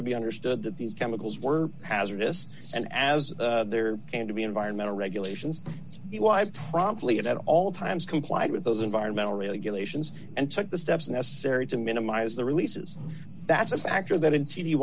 to be understood that these chemicals were hazardous and as there and to be environmental regulations we lived promptly at all times complied with those environmental regulations and took the steps necessary to minimize the releases that's a factor that in